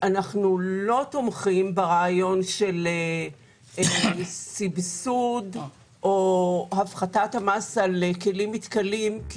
אנחנו לא תומכים ברעיון של סבסוד או הפחתת המס על כלים מתכלים.